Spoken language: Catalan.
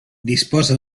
disposa